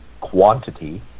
quantity